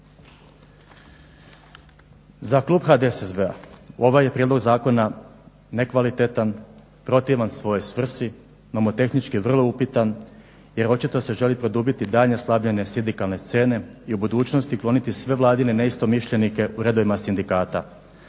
Za klub HDSSB-a ovaj je prijedlog zakona nekvalitetan, protivan svojoj svrsi, nomotehnički je vrlo upitan jer očito se želi produbiti daljnje slabljenje sindikalne scene i u budućnosti ukloniti sve vladine neistomišljenike u redovima sindikata.